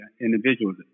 individuals